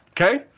Okay